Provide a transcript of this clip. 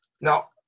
Now